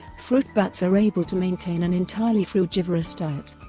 fruit bats are able to maintain an entirely frugivorous diet.